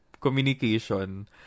communication